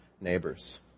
neighbors